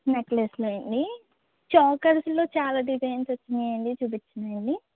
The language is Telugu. నెక్లెసులా అండి చోకర్స్లో చాలా డిజైన్స్ వచ్చాయండి చూపించనా అండి